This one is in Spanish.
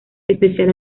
especial